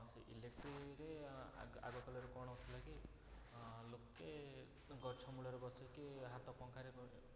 ସେ ଇଲେକ୍ଟ୍ରିକ୍ରେ ଆଗ ଆଗ ଆଗକାଳରେ କ'ଣ ହଉଥିଲା କି ଲୋକେ ଗଛ ମୂଳରେ ବସିକି ହାତ ପଙ୍ଖାରେ